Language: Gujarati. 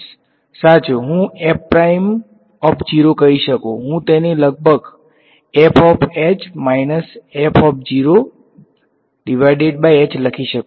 સાચું હું કહી શકું છું હું તેને લગભગ લખી શકું